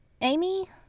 amy